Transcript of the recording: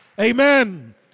Amen